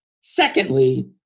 Secondly